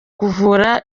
kuvura